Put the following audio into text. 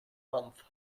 month